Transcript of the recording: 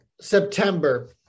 September